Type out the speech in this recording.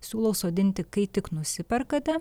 siūlau sodinti kai tik nusiperkate